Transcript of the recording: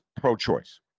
pro-choice